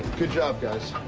good job, guys.